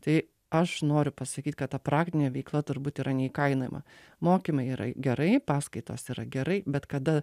tai aš noriu pasakyt kad ta praktinė veikla turbūt yra neįkainojama mokymai yra gerai paskaitos yra gerai bet kada